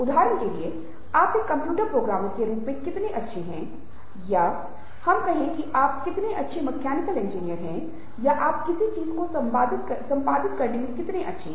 उदाहरण के लिए आप एक कंप्यूटर प्रोग्रामर के रूप में कितने अच्छे हैं या हम कहें कि आप कितने अच्छे मैकेनिकल इंजीनियर हैं या आप किसी चीज को संपादित करने में कितने अच्छे हैं